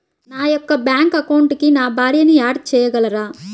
నా యొక్క బ్యాంక్ అకౌంట్కి నా భార్యని యాడ్ చేయగలరా?